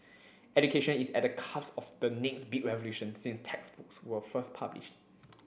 education is at the cusp of the next big revolution since textbooks were first published